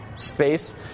space